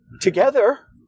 together